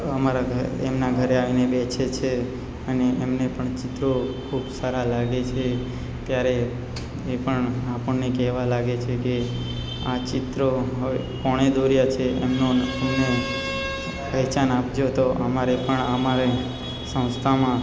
અમારા ઘરે એમના ઘરે આવીને બેસે છે અને એમને પણ ચિત્રો ખૂબ સારા લાગે છે ત્યારે એ પણ આપણને કહેવા લાગે છે કે આ ચિત્રો હવે કોણે દોર્યાં છે એમનો અમને પહેચાન આપજો તો અમારે પણ અમારે સંસ્થામાં